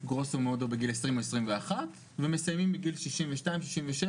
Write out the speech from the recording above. גרוסו מודו, בגיל 20 או 21 ומסיימים בגיל 62, 67